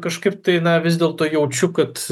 kažkaip tai na vis dėlto jaučiu kad